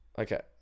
Okay